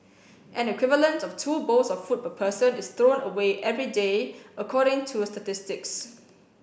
an equivalent of two bowls of food person is thrown away every day according to statistics